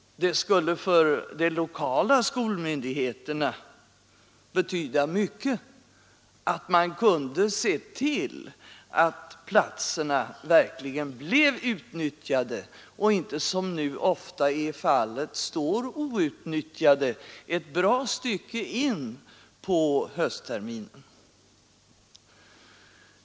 Det skulle för de lokala skolmyndigheterna betyda att de kunde se till att platserna verkligen blev utnyttjade och inte — som nu ofta är fallet — står outnyttjade ett bra stycke in på höstterminen.